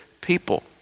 people